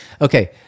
Okay